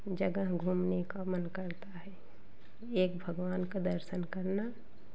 जगह घूमने का मन करता है एक भगवान का दर्शन करना